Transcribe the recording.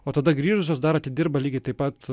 o tada grįžusios dar atidirba lygiai taip pat